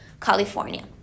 California